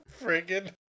Friggin